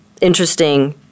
interesting